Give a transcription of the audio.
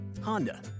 Honda